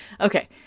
Okay